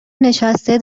نشسته